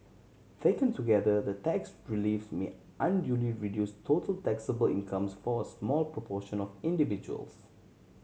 taken together the tax reliefs may unduly reduce total taxable incomes for a small proportion of individuals